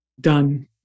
Done